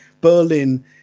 Berlin